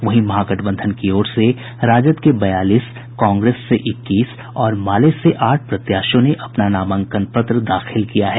वहीं महागठबंधन की ओर से राजद से बयालीस कांग्रेस से इक्कीस और माले से आठ प्रत्याशियों ने अपना नामांकन दाखिल किया है